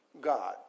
God